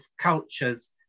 cultures